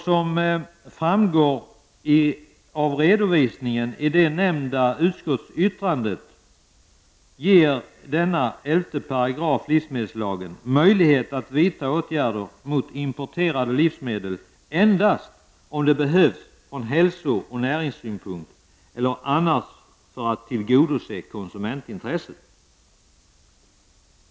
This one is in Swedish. Som framgår av redovisningen i det nämnda utskottsyttrandet ger 11 § livsmedelslagen möjlighet att vidta åtgärder mot importerade livsmedel endast om det behövs från hälso och näringssynpunkt eller annars för att tillgodose konsumentintresset.